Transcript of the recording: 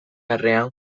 bakarrean